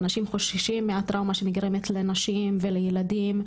אנשים חוששים מהטראומה שנגרמת לנשים ולילדים,